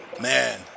Man